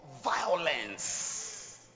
violence